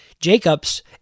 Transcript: Jacobs